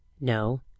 No